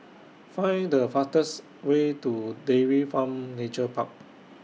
Find The fastest Way to Dairy Farm Nature Park